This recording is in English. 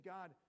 God